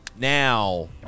Now